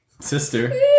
sister